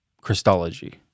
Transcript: Christology